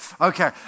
Okay